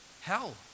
hell